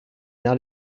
now